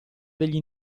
degli